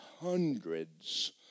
hundreds